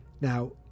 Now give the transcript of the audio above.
Now